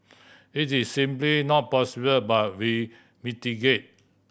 it is simply not possible but we mitigate